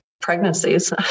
pregnancies